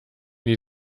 die